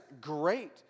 great